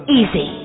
easy